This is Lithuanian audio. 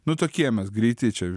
nu tokie mes greiti čia